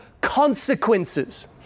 consequences